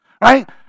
Right